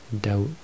Doubt